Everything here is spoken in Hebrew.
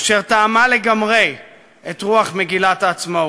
אשר תאמה לגמרי את רוח מגילת העצמאות.